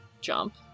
jump